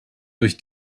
durch